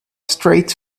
straight